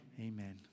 Amen